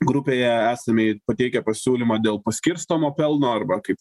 grupėje esame pateikę pasiūlymą dėl paskirstomo pelno arba kaip